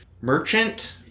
Merchant